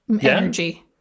energy